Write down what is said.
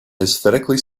aesthetically